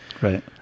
right